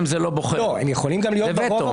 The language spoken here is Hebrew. הם יכולים גם להיות --- זה וטו.